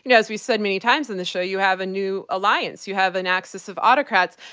yeah as we've said many times on the show, you have a new alliance. you have an axis of autocrats.